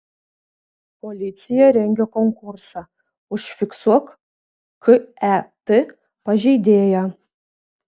policija rengia konkursą užfiksuok ket pažeidėją